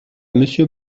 monsieur